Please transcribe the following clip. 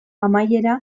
amaiera